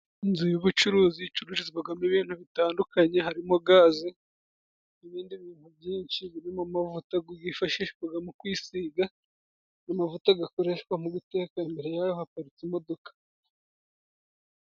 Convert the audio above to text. Inzu y'ubucuruzi icururizwamo ibintu bitandukanye, harimo gaze, n'ibindi bintu byinshi birimo amavuta yifashishwa mu kwisiga, amavuta akoreshwa mu guteka, imbere yayo haparitse imodoka.